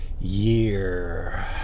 year